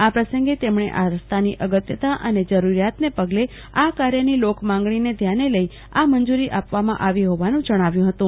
આ પ્રસંગે તેમણે આ રસ્તાની અને જરુરિયાતને પગલે આ કાર્યની લોકમાંગણીને ધ્યાને લઈ આ મંજૂરી આપવામાં આવી હોવાનું જણાવ્યું હતું